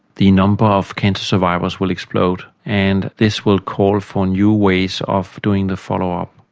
the number of cancer survivors will explode, and this will call for new ways of doing the follow-up.